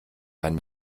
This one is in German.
herrn